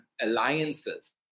alliances